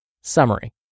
Summary